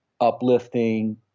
uplifting